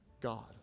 God